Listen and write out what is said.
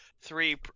three